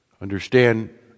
understand